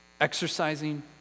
exercising